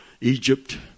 Egypt